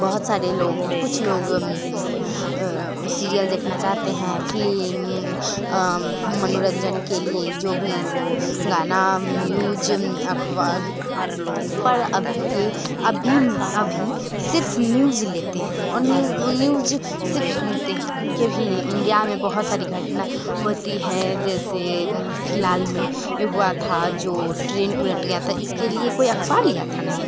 बहुत सारे लोग कुछ लोग सीरियल देखना चाहते हैं फिलिम मनोरंजन के लिए जो भी हो गाना न्यूज अख़बार पर अभी के अभी अभी सिर्फ़ न्यूज़ लेते हैं और न्यू न्यूज़ सिर्फ़ सुनते हैं क्योंकि अभी इंडिया में बहुत सारी घटना होती हैं जैसे फ़िलहाल में ये हुआ था जो ट्रेन उलट गया था इसके लिए कोई अख़बार लिया था नहीं